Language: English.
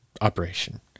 operation